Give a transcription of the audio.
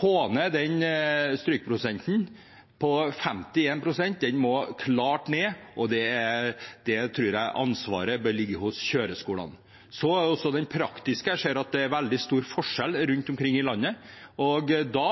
få ned strykprosenten på 51 – den må klart ned. Det ansvaret tror jeg bør ligge hos kjøreskolene. Så også når det gjelder det praktiske. Jeg ser at det er veldig stor forskjell rundt omkring i landet, og da